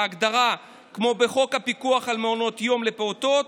ההגדרה היא כמו בחוק הפיקוח על מעונות יום לפעוטות.